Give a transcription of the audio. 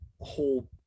whole